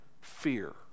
fear